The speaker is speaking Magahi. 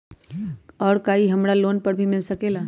और का इ हमरा लोन पर भी मिल सकेला?